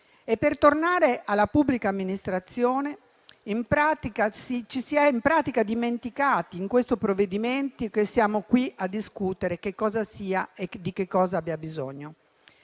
e per tornare alla pubblica amministrazione ci si è in pratica dimenticati, in questo provvedimento, che siamo qui a discutere che cosa sia e di che cosa abbia bisogno.